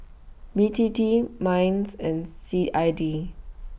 B T T Minds and C I D